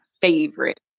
favorite